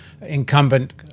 incumbent